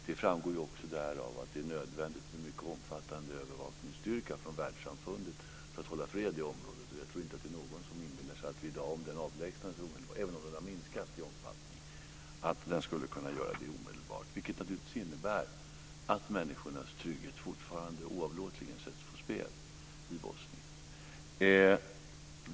Det framgår också därav att det är nödvändigt med en mycket omfattande övervakningsstyrka från världssamfundet för att hålla fred i området. Jag tror inte att det är någon som inbillar sig att vi i dag, även om styrkan har minskat i omfattning, skulle kunna avlägsna den omedelbart, vilket naturligtvis innebär att människornas trygghet fortfarande oavlåtligen sätts på spel i Bosnien.